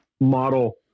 model